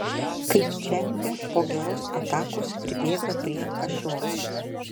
kaip čempe po geros atakos pribėga prie kašioro